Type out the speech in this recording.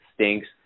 stinks